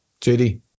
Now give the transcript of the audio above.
JD